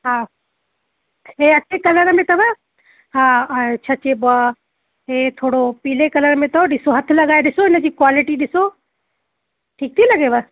हा इहा अछे कलर में अथव हा ऐं छा चइबो आहे इहो थोरो पीले कलर में अथव ॾिसो हथु लॻाए ॾिसो हिनजी कॉलिटी ॾिसो ठीकु थी लॻेव